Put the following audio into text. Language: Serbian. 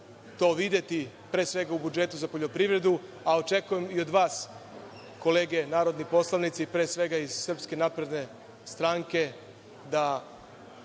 to videti, pre svega u budžetu za poljoprivredu, a očekujem i od vas kolege narodni poslanici, pre svega iz SNS, da stavite,